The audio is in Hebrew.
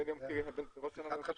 איתן,